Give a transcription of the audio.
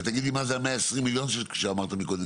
תגיד מה זה ה-120 מיליון שאמרת קודם.